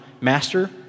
Master